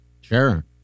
Sure